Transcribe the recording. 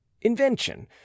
Invention